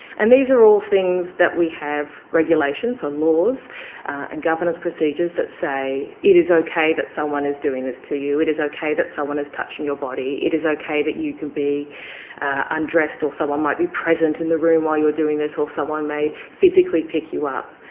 and these are all things that we have regulations and laws and governance procedures that say it is okay that someone is doing this to you, it is okay that someone is touching your body. it is okay that you can be undressed or someone might be present in the room while you are doing this or someone may physically pick you up.